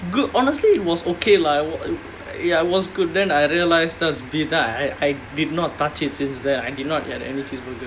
it was good honestly it was okay lah ya it was good then I realise that was beef then I I did not touch it since then I did not get any cheeseburger